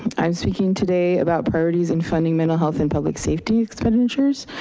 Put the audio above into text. i'm speaking today about priorities and funding mental health and public safety expenditures.